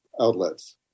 outlets